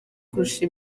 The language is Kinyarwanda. kurusha